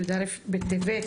י"א בטבת,